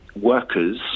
workers